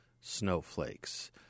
snowflakes